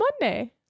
monday